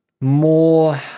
more